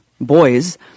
boys